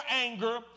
anger